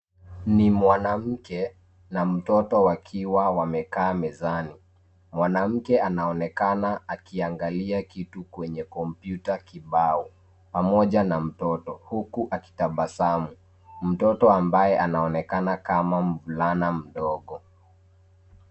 Ni mwanamke na mtoto wakiwa wamekaa mezani. Mwanamke anaonekana akiangalia kitu kwenye kompyuta kibao pamoja na mtoto huku akitabasamu. Mtoto ambaye anaonekana kama mvulana mdogo.